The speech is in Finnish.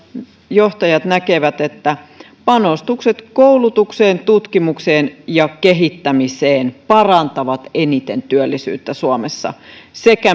johtajat näkevät että panostukset koulutukseen tutkimukseen ja kehittämiseen parantavat eniten työllisyyttä suomessa ja että